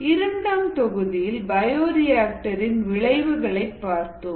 இரண்டாம் தொகுதியில் பயோரிஆக்டர் இன் விளைவுகளைப் பார்த்தோம்